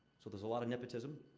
so, there's a lot of nepotism.